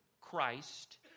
Christ